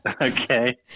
Okay